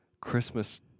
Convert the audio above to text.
Christmas